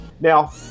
Now